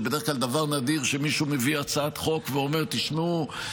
זה בדרך כלל דבר נדיר שמישהו מביא הצעת חוק ואומר: תשמעו,